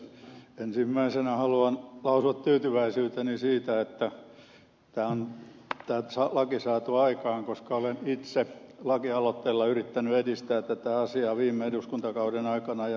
ensimmäisenä haluan lausua tyytyväisyyteni siitä että tämä laki on saatu aikaan koska olen itse lakialoitteilla yrittänyt edistää tätä asiaa viime eduskuntakauden aikana ja myös nyt